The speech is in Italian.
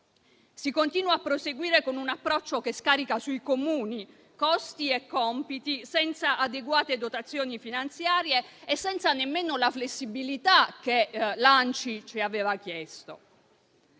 Si continua a proseguire con un approccio che scarica sui Comuni costi e compiti, senza adeguate dotazioni finanziarie e senza nemmeno la flessibilità che l’ANCI ci aveva chiesto.